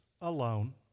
alone